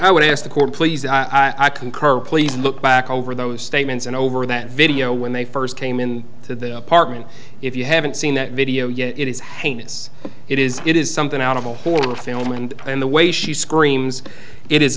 i would ask the court please i concur please look back over those statements and over that video when they first came in to the apartment if you haven't seen that video yet it is hang it's it is it is something out of a horror film and in the way she screams it is